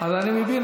אני מבין.